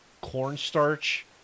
cornstarch